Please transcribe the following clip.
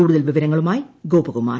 കൂടുതൽ വിവരങ്ങളുമായി ഗോപകുമാർ